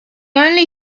only